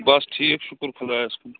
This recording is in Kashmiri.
بَس ٹھیٖک شُکُر خۄدایَس کُن